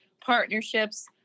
partnerships